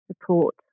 support